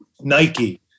Nike